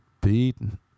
beaten